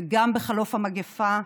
וגם בחלוף המגפה,